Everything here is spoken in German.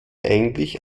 eigentlich